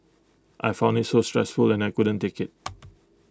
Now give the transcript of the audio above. I found IT so stressful and I couldn't take IT